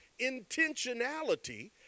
intentionality